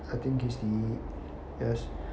I think he's the yes